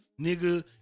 Nigga